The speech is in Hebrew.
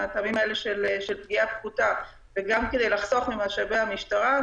מהטעמים של פגיעה פחותה וגם כדי לחסוך ממשאבי המשטרה,